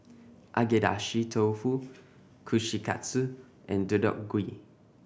Agedashi Dofu Kushikatsu and Deodeok Gui